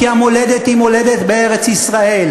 כי המולדת היא מולדת בארץ-ישראל.